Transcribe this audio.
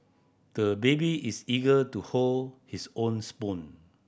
the baby is eager to hold his own spoon